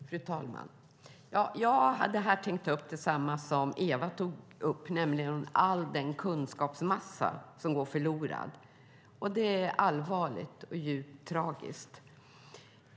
Fru talman! Jag hade här tänkt ta upp samma sak som Eva tog upp, nämligen den kunskapsmassa som går förlorad. Det är allvarligt och djupt tragiskt.